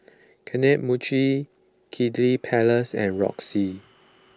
Kane Mochi Kiddy Palace and Roxy